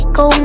go